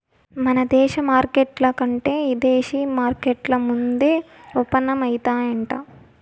మన దేశ మార్కెట్ల కంటే ఇదేశీ మార్కెట్లు ముందే ఓపనయితాయంట